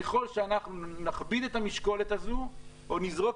ככל שאנחנו נכביד את המשקולת הזאת או נזרוק